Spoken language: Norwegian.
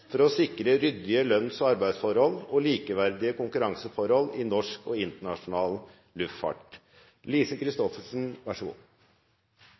for å sikre ryddige lønns- og arbeidsforhold og likeverdige konkurranseforhold i denne bransjen. Svaret på det spørsmålet er viktig, for det handler til sjuende og